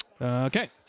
Okay